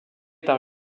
par